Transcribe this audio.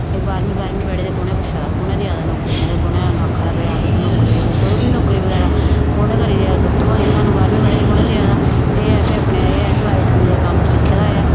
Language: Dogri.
बाह्रमीं बाह्रमीं पढ़े दे कु'न ऐ पुच्छा दा कु'न ऐ देआ दा नौकरियां ते कु'न ऐ आक्खा दा भाई हां तुस नौकरियां करो कोई बी निं नौकरी बगैरा सानूं कौन ऐ करी देआ बाह्रमीं पढ़े दे कु'न ऐ देआ दा एह् ऐ भाई अपने सलाई सलुई दा कम्म ऐ सिक्खे दा ऐ